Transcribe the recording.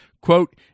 quote